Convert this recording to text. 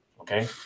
Okay